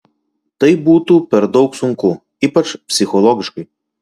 tai būtų per daug sunku ypač psichologiškai